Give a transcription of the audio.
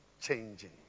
changing